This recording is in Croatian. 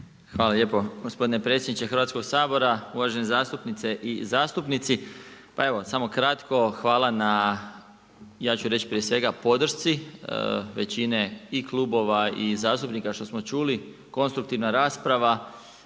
Hvala lijepo. Gospodine predsjedniče Hrvatskog sabora, uvažene zastupnice i zastupnici. Pa evo samo kratko. Hvala na ja ću reći prije svega podršci većine i klubova i zastupnika što smo čuli, konstruktivna rasprava,